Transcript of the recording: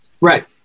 Right